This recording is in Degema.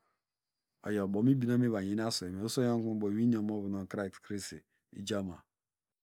Oyo bonu mibinen okunu mevonyen asweime iso onyonkumeubo inwini omoru now krays krese ijama.